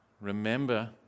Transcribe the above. remember